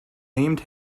named